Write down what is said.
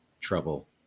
trouble